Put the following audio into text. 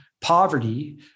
poverty